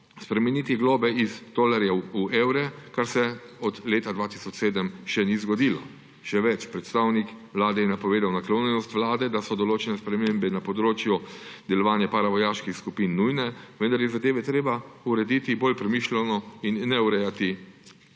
spremeniti globe iz tolarjev v evre, kar se od leta 2007 še ni zgodilo. Še več, predstavnik Vlade je napovedal naklonjenost vlade, da so določene spremembe na področju delovanja paravojaških skupin nujne, vendar je zadeve treba urediti bolj premišljeno in ne urejati